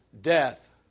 death